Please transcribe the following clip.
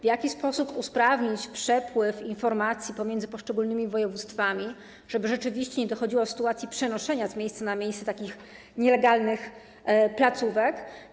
W jaki sposób usprawnić przepływ informacji pomiędzy poszczególnymi województwami, żeby rzeczywiście nie dochodziło do sytuacji przenoszenia z miejsca na miejsce takich nielegalnych placówek?